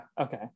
okay